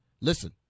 Listen